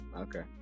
Okay